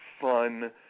fun